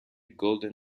golden